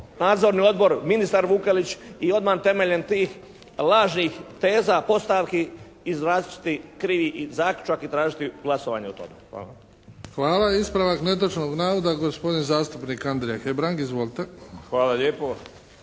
nadzorni odbor, ministar Vukelić i odmah temeljem tih lažnih teza i postavki izraziti krivi zaključak i tražiti glasovanje o tome. Hvala. **Bebić, Luka (HDZ)** Hvala. Ispravak netočnog navoda, gospodin zastupnik Andrija Hebrang. Izvolite. **Hebrang,